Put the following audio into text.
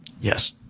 Yes